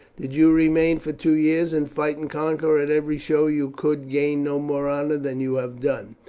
did you remain for two years, and fight and conquer at every show, you could gain no more honour than you have done.